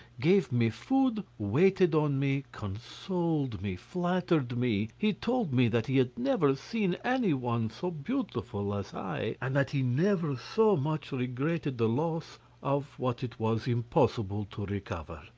gave me food, waited upon me, consoled me, flattered me he told me that he had never seen any one so beautiful as i, and that he never so much regretted the loss of what it was impossible to recover.